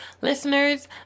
listeners